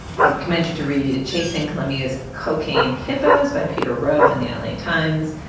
i would commend you to read chasing colombia's cocaine hippos by peter rowe in the l a. times.